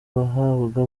bahabwa